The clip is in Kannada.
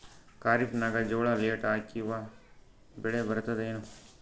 ಖರೀಫ್ ನಾಗ ಜೋಳ ಲೇಟ್ ಹಾಕಿವ ಬೆಳೆ ಬರತದ ಏನು?